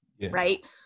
right